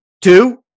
two